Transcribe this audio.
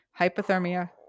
hypothermia